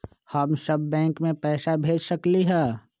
हम सब बैंक में पैसा भेज सकली ह?